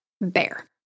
bear